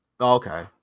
Okay